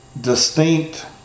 distinct